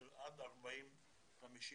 אני יושב פה עם יוסי שהוא דואג לעניין של הצרפתים,